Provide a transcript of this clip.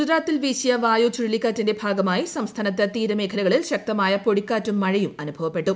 ഗുജറാത്തിൽ വീശിയ വായു ചുഴലിക്കാറ്റിന്റെ ഭാഗമായി സംസ്ഥാനത്ത് തീരമേഖലകളിൽ ശക്തമായ പൊടികാറ്റും മഴയും അനുഭവപ്പെട്ടു